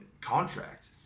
contract